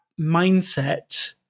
mindset